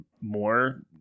more